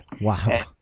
Wow